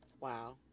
Wow